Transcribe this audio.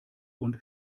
und